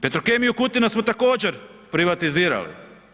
Petrokemiju Kutina smo također privatizirali.